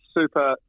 super